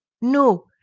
no